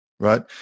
Right